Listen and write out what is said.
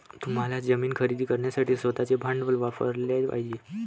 तुम्हाला जमीन खरेदी करण्यासाठी स्वतःचे भांडवल वापरयाला पाहिजे